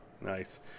nice